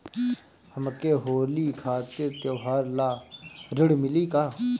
हमके होली खातिर त्योहार ला ऋण मिली का?